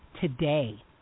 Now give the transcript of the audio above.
today